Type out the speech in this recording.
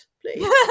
please